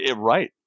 Right